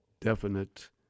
definite